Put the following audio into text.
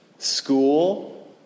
School